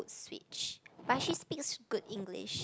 switch but she speaks good English